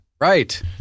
Right